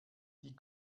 die